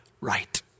right